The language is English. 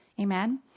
amen